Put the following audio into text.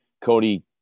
Cody –